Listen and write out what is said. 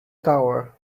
tower